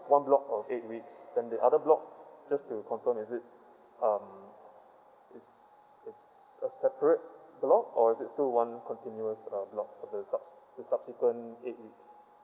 one of eight weeks then the other block just to confirm is it um is is a separate block or is it still one continuous uh block for the sub~ the subsequent eight weeks